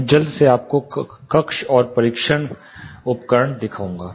मैं जल्दी से आपको कक्ष और परीक्षण उपकरण दिखाऊंगा